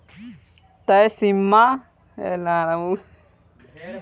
तय समय सीमा तक तय पइसा इंस्टॉलमेंट के रूप में देवे के पड़ेला